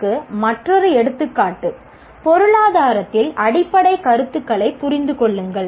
க்கு மற்றொரு எடுத்துக்காட்டு பொருளாதாரத்தில் அடிப்படைக் கருத்துகளைப் புரிந்து கொள்ளுங்கள்